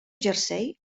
jersei